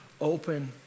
open